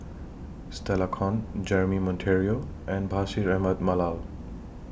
Stella Kon Jeremy Monteiro and Bashir Ahmad Mallal